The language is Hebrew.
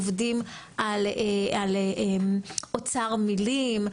עובדים על אוצר מילים,